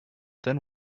then